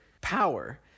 power